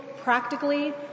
practically